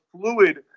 fluid